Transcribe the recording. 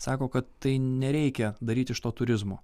sako kad tai nereikia daryti iš to turizmo